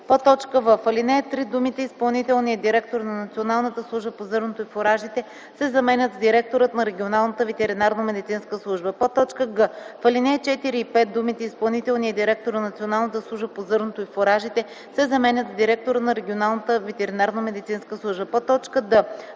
със „72”; в) в ал. 3 думите „изпълнителният директор на Националната служба по зърното и фуражите” се заменят с „директорът на регионалната ветеринарномедицинска служба”; г) в ал. 4 и 5 думите „изпълнителният директор на Националната служба по зърното и фуражите” се заменят с „директора на регионалната ветеринарномедицинска служба”; д) в ал.